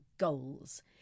Goals